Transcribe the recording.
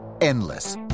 endless